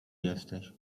jesteś